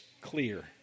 clear